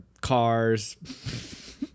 cars